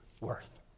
worth